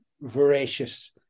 voracious